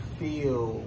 feel